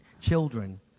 children